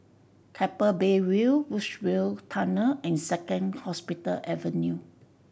Keppel Bay View Woodsville Tunnel and Second Hospital Avenue